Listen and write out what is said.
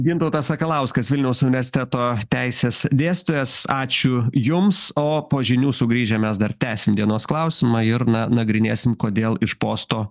gintautas sakalauskas vilniaus universiteto teisės dėstytojas ačiū jums o po žinių sugrįžę mes dar tęsim dienos klausimą ir na nagrinėsim kodėl iš posto